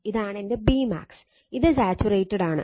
ഇതാണ് എന്റെ Bmax ഇത് സാച്ചുറേറ്റഡ് ആണ്